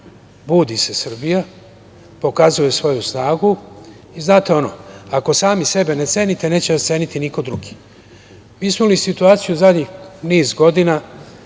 budi se Srbija, pokazuje svoju snagu. Znate ono, ako sami sebe ne cenite, neće vas ceniti niko drugi. Mi smo imali situaciju zadnjih niz godina